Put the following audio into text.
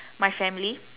my family